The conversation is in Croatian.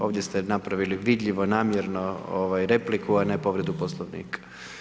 Ovdje ste napravili vidljivo namjerno ovaj repliku, a ne povredu Poslovnika.